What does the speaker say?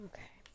Okay